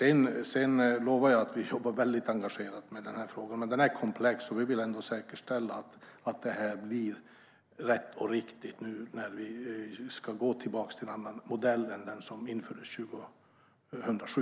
Jag lovar att vi jobbar engagerat med frågan. Den är komplex. Vi vill ändå säkerställa att det blir rätt och riktigt när vi ska gå tillbaka till en annan modell än den som infördes 2007.